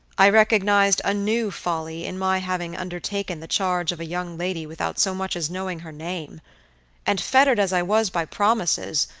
i recognized a new folly in my having undertaken the charge of a young lady without so much as knowing her name and fettered as i was by promises,